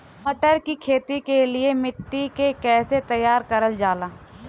मटर की खेती के लिए मिट्टी के कैसे तैयार करल जाला?